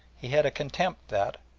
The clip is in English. he had a contempt that,